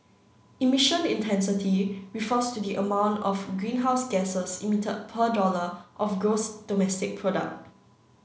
emission intensity refers to the amount of greenhouse gasses emitted per dollar of gross domestic product